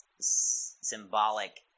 Symbolic